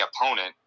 opponent